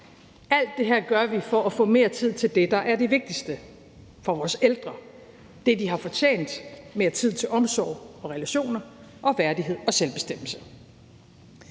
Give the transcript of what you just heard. Alt det her gør vi for at få mere tid til det, der er det vigtigste for vores ældre og det, de har fortjent, nemlig mere tid til omsorg og relationer, værdighed og selvbestemmelse.